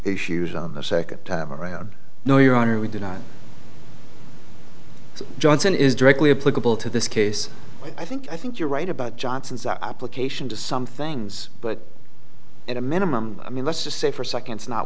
issues on the second time around no your honor we did not johnson is directly applicable to this case i think i think you're right about johnson's application to some things but at a minimum i mean let's just say for seconds not